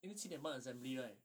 因为七点半 assembly right